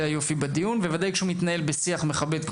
חבר הכנסת טור פז,